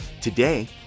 Today